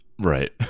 Right